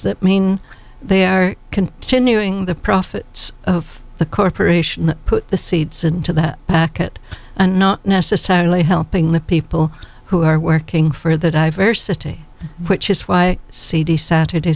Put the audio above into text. that mean they are continuing the profits of the corporation that put the seeds into that packet and not necessarily helping the people who are working for the diversity which is why cd saturdays